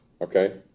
Okay